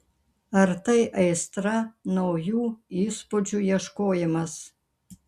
ar tai aistra naujų įspūdžių ieškojimas